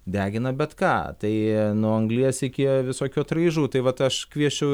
degina bet ką tai nuo anglies iki visokių atraižų tai vat aš kviesčiau